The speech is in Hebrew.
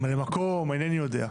ממלא מקום, אינני יודע.